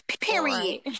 Period